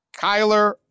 Kyler